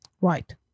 Right